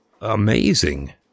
amazing